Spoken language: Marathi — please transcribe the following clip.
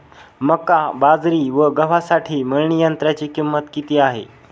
मका, बाजरी व गव्हासाठी मळणी यंत्राची किंमत किती आहे?